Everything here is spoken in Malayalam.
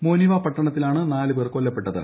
മോനിവ പട്ടണത്തിലാണ് നാല് പേർ കൊല്ലപ്പെട്ടത്